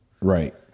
Right